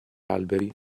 alberi